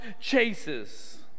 chases